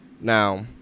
Now